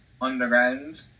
underground